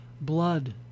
blood